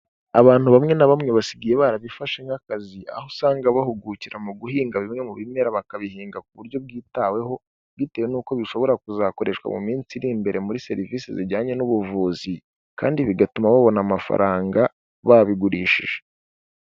Abantu bamwe na bamwe basigaye barabifashe nk'akazi, aho usanga bahugukira mu guhinga bimwe mu bimera bakabihinga ku buryo bwitaweho bitewe n'uko bishobora kuzakoreshwa mu minsi iri imbere muri serivisi zijyanye n'ubuvuzi kandi bigatuma babona amafaranga babigurishije.